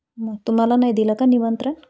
मग तुम्हाला नाही दिलं का निमंत्रण